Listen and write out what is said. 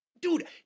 dude